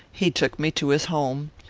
he took me to his home.